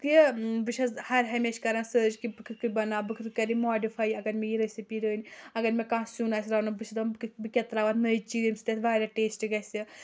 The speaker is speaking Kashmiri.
تہِ بہٕ چھَس ہَر ہَمیشہٕ کَران سٔرٕچ کہِ بہٕ کِتھ کَن بَناو بہٕ کِتھ کَرٕ یہِ ماڈِفَے اَگر مےٚ یہِ رٮ۪سِپی رٔنۍ اَگر مےٚ کانٛہہ سیُن آسہِ رَنُن بہٕ چھَس دَپان بہٕ کیٛاہ ترٛاوٕ اَتھ نٔے چیٖز ییٚمۍ سۭتۍ اَتھ واریاہ ٹیسٹ گژھِ